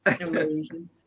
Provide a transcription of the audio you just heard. Amazing